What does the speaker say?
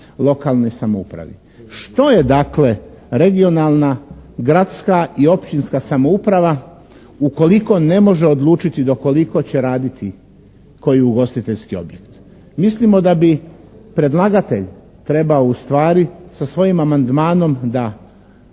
lokalnoj samoupravi. Što je dakle regionalna, gradska i općinska samouprava ukoliko ne može odlučiti do koliko će raditi koji ugostiteljski objekt? Mislimo da bi predlagatelj trebao ustvari sa svojim amandmanom da